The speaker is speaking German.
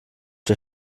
der